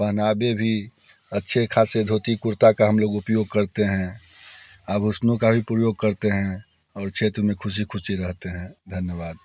पहनावे भी अच्छे ख़ासे धोती कुरता का हम लोग उपयोग करते हैं अब उस में कार्य प्रयोग करते हैं और क्षेत्र में ख़ुशी ख़ुशी रहते हैं